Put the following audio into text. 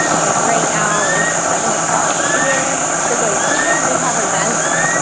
like right now, it's seven o'clock here because like sometimes we have events.